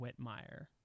Whitmire